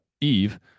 Eve